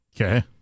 Okay